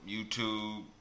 YouTube